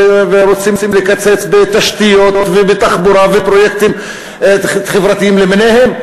ורוצים לקצץ בתשתיות ובתחבורה ובפרויקטים חברתיים למיניהם.